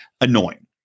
Annoying